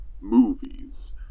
movies